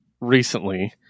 recently